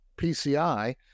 PCI